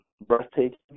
breathtaking